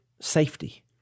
safety